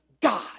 God